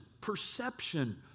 perception